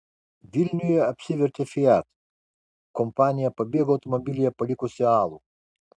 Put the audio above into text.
vilniuje apsivertė fiat kompanija pabėgo automobilyje palikusi alų